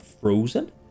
frozen